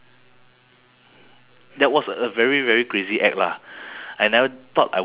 it was at the basketball court then the basketball got stuck in between the carpark